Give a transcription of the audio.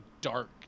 dark